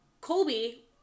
Colby